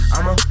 I'ma